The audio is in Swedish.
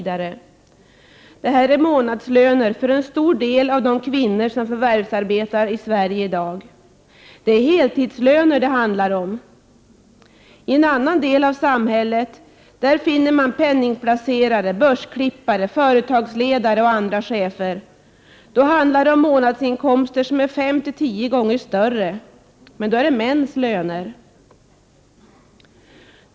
Det här är månadslöner för en stor del av de kvinnor som förvärvsarbetar i Sverige i dag. Och det handlar om heltidslöner! I en annan del av samhället finner man penningplacerare, börsklippare, företagsledare och andra chefer. Då handlar det om månadsinkomster som är fem, tio gånger större. Men då gäller det mäns löner.